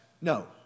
No